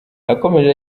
yakomeje